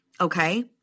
Okay